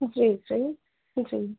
जी जी जी